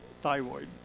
thyroid